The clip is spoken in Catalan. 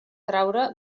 traure